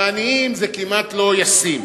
לעניים זה כמעט לא ישים.